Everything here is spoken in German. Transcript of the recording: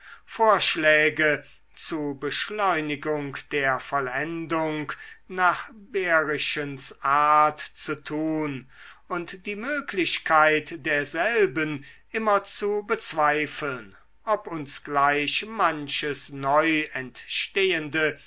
vorschläge zu beschleunigung der vollendung nach behrischens art zu tun und die möglichkeit derselben immer zu bezweifeln ob uns gleich manches neu entstehende